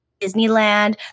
Disneyland